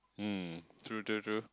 um true true true